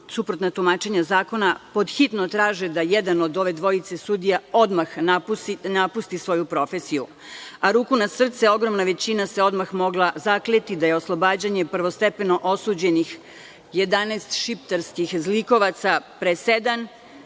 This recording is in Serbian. suprotna tumačenja zakona, pod hitno traže da jedan od ove dvojice sudija odmah napusti svoju profesiju. Ruku na srce, ogromna većina se odmah mogla zakleti da je oslobađanje prvostepeno osuđenih 11 šiptarskih zlikovaca presedan